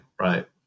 right